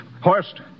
Horst